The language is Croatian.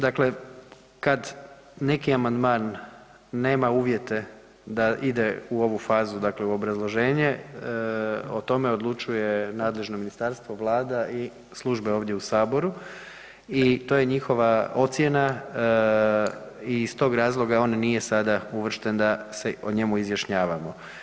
Dakle, kad neki amandman nema uvjete da ide u ovu fazu, dakle u obrazloženje, o tome odlučuje nadležno ministarstvo, Vlada i službe ovdje u Saboru i to je njihova ocjena i iz tog razloga on nije sada uvršten da se o njemu izjašnjavamo.